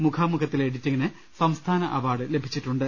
മുഖാമുഖത്തിലെ എഡിറ്റിങ്ങിന് സംസ്ഥാന അവാർഡ് ലഭിച്ചിട്ടുണ്ട്